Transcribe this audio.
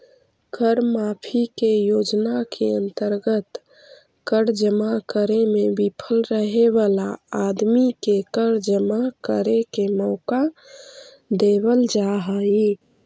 कर माफी के योजना के अंतर्गत कर जमा करे में विफल रहे वाला आदमी के कर जमा करे के मौका देवल जा हई